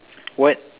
what